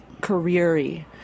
career-y